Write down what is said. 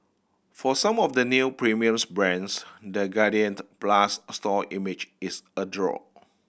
for some of the new premium brands the Guardian Plus store image is a draw